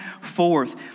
forth